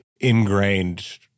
ingrained